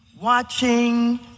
watching